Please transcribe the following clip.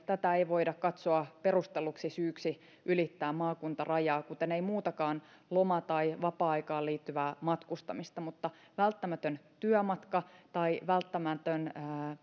tätä ei voida katsoa perustelluksi syyksi ylittää maakuntarajaa kuten ei muutakaan loma tai vapaa aikaan liittyvää matkustamista mutta välttämätön työmatka tai välttämätön